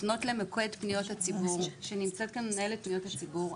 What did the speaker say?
לפנות למוקד פניות הציבור ונמצאת כאן מנהלת פניות הציבור,